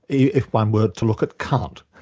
if one were to look at kant,